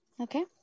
Okay